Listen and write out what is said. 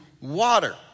water